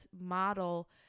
model